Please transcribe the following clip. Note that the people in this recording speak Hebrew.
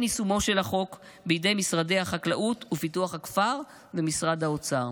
יישומו של החוק בידי משרד החקלאות ופיתוח הכפר ומשרד האוצר.